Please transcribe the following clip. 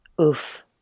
Oof